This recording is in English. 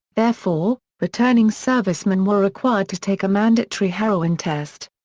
therefore, returning servicemen were required to take a mandatory heroin test.